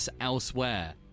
elsewhere